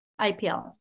IPL